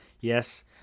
yes